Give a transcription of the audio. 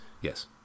yes